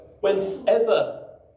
whenever